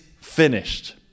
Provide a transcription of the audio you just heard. finished